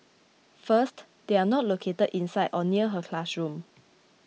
first they are not located inside or near her classroom